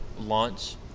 launch